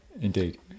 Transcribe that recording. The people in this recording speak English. indeed